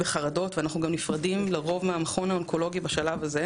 בחרדות ואנחנו גם לרוב נפרדים בשלב הזה מהמכון האונקולוגי ,